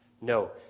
No